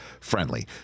friendly